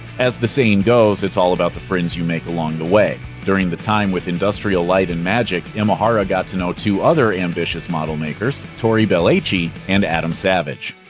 as the saying goes, it's all about the friends you make along the way. during his time with industrial light and magic, imahara got to know two other ambitious model makers tory belleci and adam savage.